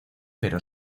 pero